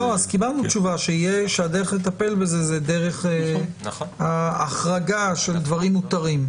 קיבלנו תשובה שהדרך לטפל בזה זה דרך ההחרגה של דברים מותרים.